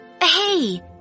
hey